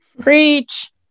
preach